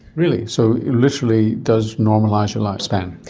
really? so it literally does normalise your lifespan?